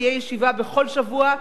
תהיה ישיבה בכל שבוע,